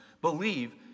believe